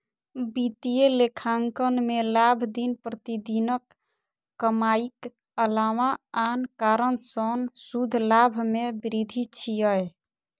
वित्तीय लेखांकन मे लाभ दिन प्रतिदिनक कमाइक अलावा आन कारण सं शुद्ध लाभ मे वृद्धि छियै